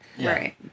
Right